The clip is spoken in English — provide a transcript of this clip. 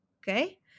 Okay